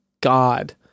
God